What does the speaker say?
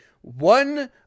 One